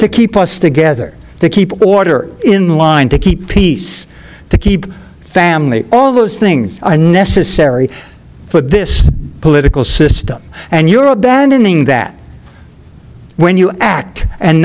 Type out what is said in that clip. to keep us together to keep order in line to keep peace to keep family all those things necessary for this political system and you're abandoning that when you act and